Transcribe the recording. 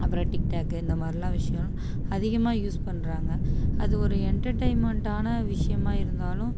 அப்புறம் டிக்டாக்கு இந்த மாரிலாம் விஷயம் அதிகமாக யூஸ் பண்றாங்க அது ஒரு என்டர்டெயின்மெண்ட்டான விஷயமாக இருந்தாலும்